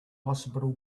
hospital